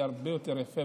יהיה הרבה יותר יפה,